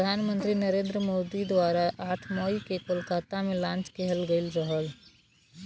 प्रधान मंत्री नरेंद्र मोदी द्वारा आठ मई के कोलकाता में लॉन्च किहल गयल रहल